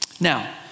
Now